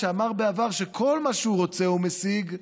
שאמר בעבר שכל מה שהוא רוצה הוא משיג,